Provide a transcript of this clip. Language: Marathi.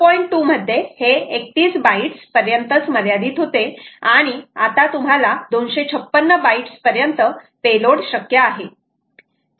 2 मध्ये हे 31 बाईट्स पर्यंतच मर्यादित होते आणि आता तुम्हाला 256 बाईट्स पर्यंत पेलोड शक्य आहे